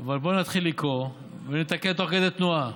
אבל בואו נתחיל לקרוא ונתקן תוך כדי תנועה.